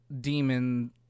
demon